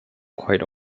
quite